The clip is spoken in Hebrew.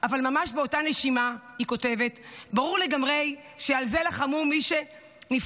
אבל ממש באותה נשימה היא כותבת: ברור לגמרי שעל זה לחמו מי שנפצע